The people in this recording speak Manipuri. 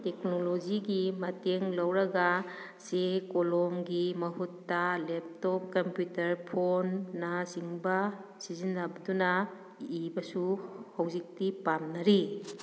ꯇꯦꯛꯅꯣꯂꯣꯖꯤꯒꯤ ꯃꯇꯦꯡ ꯂꯧꯔꯒ ꯆꯦ ꯀꯣꯂꯣꯝꯒꯤ ꯃꯍꯨꯠꯇ ꯂꯦꯞꯇꯣꯞ ꯀꯝꯄ꯭ꯎꯤꯇꯔ ꯐꯣꯟꯅꯆꯤꯡꯕ ꯁꯤꯖꯟꯅꯕꯗꯨꯅ ꯏꯕꯁꯨ ꯍꯧꯖꯤꯛꯇꯤ ꯄꯥꯝꯅꯔꯤ